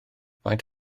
faint